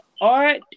Art